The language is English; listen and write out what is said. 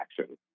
action